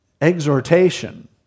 Exhortation